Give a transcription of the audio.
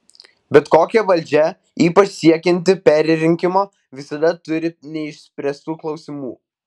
bet kokia valdžia ypač siekianti perrinkimo visada turi neišspręstų klausimų